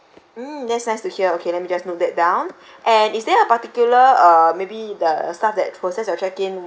mm that's nice to hear okay let me just note that down and is there a particular uh maybe the start that process you're check in